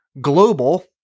Global